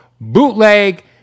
BOOTLEG